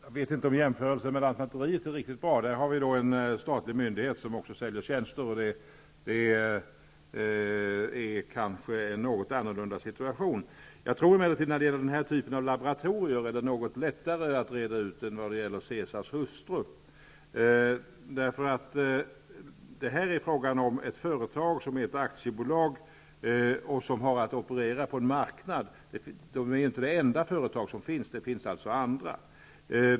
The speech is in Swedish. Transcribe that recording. Herr talman! Jag vet inte om jämförelsen med lantmäteriet är så bra. I det fallet rör det sig om en statlig myndighet som också säljer tjänster, varför situationen kanske är något annorlunda. Jag tror emellertid att förhållandena vid den här typen av laboratorier är något lättare att reda ut än när det gällde Caesars hustru. Här är det fråga om ett företag som drivs i akiebolagsform och som har att operera på en marknad. Det är inte det enda företaget i sitt slag, utan det finns även andra.